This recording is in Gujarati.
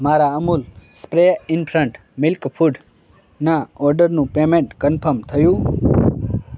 મારા અમુલ સ્પ્રે ઇન્ફન્ટ મિલ્ક ફૂડના ઓર્ડરનું પેમેન્ટ કન્ફર્મ થયું